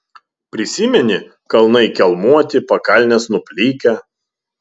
prisimeni kalnai kelmuoti pakalnės nuplikę